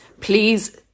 please